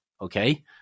Okay